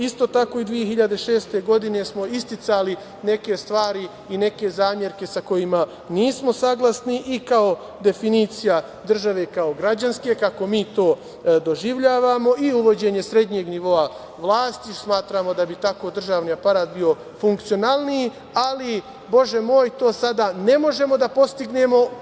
Isto tako, i 2006. godine smo isticali neke stvari i neke zamerke sa kojima nismo saglasni, i kao definicija države, građanske, kako mi to doživljavamo, i uvođenje srednjeg nivoa vlasti, smatramo da bi tako državni aparat bio funkcionalniji, ali, Bože moj, to sad ne možemo da postignemo.